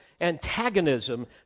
antagonism